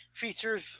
Features